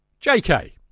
JK